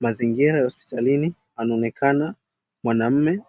Mazingira ya hospitalini anaonekana mwanaume